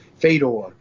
Fedor